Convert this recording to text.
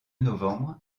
novembre